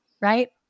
right